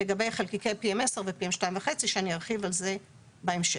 לגבי חלקיקי PM10 ו-PM2.5 שאני ארחיב על זה בהמשך.